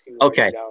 Okay